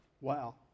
wow